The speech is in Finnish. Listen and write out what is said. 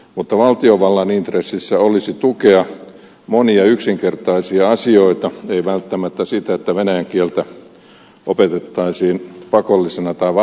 mutta valtiovallan intressissä olisi tukea monia yksinkertaisia asioita ei välttämättä sitä että venäjän kieltä opetettaisiin pakollisena tai vapaaehtoisena kielenä